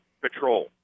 patrol